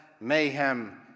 mayhem